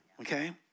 Okay